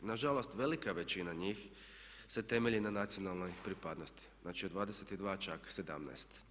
Nažalost velika većina njih se temelji na nacionalnoj pripadnosti, znači od 22 čak 17.